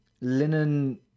linen